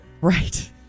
Right